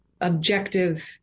objective